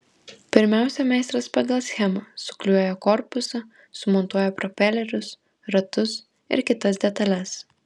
pirmiausia meistras pagal schemą suklijuoja korpusą sumontuoja propelerius ratus ir kitas detales